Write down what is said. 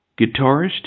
guitarist